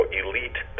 elite